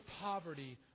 poverty